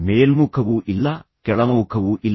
ಮೇಲ್ಮುಖವೂ ಇಲ್ಲ ಕೆಳಮುಖವೂ ಇಲ್ಲ